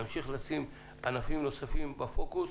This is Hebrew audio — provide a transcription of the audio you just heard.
נמשיך לשים ענפים נוספים בפוקוס,